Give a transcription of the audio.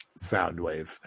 Soundwave